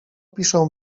piszę